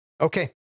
Okay